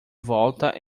volta